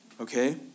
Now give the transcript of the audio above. Okay